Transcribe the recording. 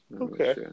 Okay